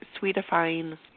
sweetifying